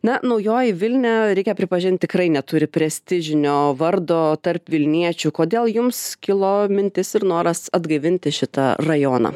na naujoji vilnia reikia pripažint tikrai neturi prestižinio vardo tarp vilniečių kodėl jums kilo mintis ir noras atgaivinti šitą rajoną